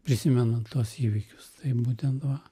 prisimenant tuos įvykius būtent va